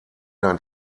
dein